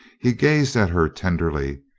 he gazed at her tenderly,